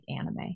anime